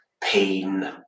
pain